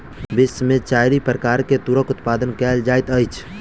विश्व में चारि प्रकार के तूरक उत्पादन कयल जाइत अछि